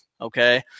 Okay